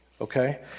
Okay